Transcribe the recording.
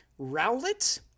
Rowlet